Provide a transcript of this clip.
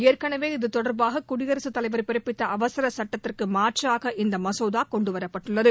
ஏற்கனவே இதுதொடர்பாக குடியரசுத் தலைவர் பிறப்பித்த அவசர சட்டத்திற்கு மாற்றாக இந்த மசோதா கொண்டுவரப்பட்டுள்ளது